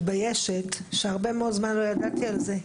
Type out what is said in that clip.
מתביישת שהרבה מאוד זמן לא ידעתי על זה,